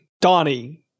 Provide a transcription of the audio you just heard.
Donnie